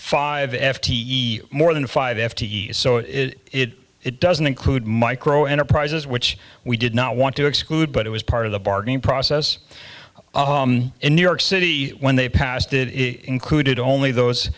five f t e more than five f t e so it it doesn't include micro enterprises which we did not want to exclude but it was part of the bargaining process in new york city when they passed it included only those